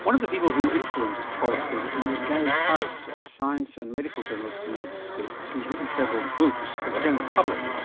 one of the people who influenced troy stapleton was gary taubes, a science and medical journalist in the united states who's written several books for the general public,